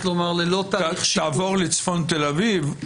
תעבור לצפון תל אביב?